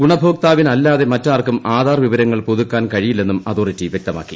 ഗുണഭോക്താവിനല്ലാതെ മറ്റാർക്കും ആധാർ വിവരങ്ങൾ പുതുക്കാൻ കഴിയില്ലെന്നും അതോറിറ്റി വൃക്തമാക്കി